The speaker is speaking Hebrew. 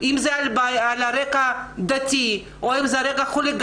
אם זה על רקע דתי ואם זה על רקע חוליגאני.